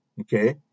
Okay